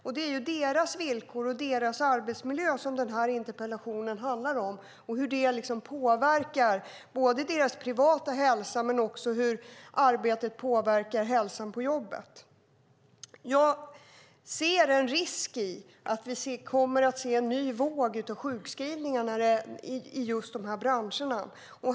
Det är deras villkor och deras arbetsmiljö som interpellationen handlar om, och både hur det påverkar deras privata hälsa och hur arbetet påverkar hälsan på jobbet. Jag ser en risk i att det kommer en ny våg av sjukskrivningar i just dessa branscher.